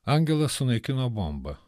angelą sunaikino bomba